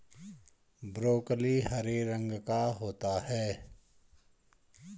broccoli हरे रंग का होता है